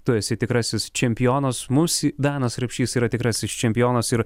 tu esi tikrasis čempionas mums danas rapšys yra tikrasis čempionas ir